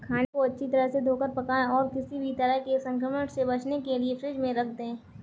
खाने को अच्छी तरह से धोकर पकाएं और किसी भी तरह के संक्रमण से बचने के लिए फ्रिज में रख दें